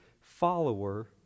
follower